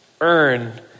earn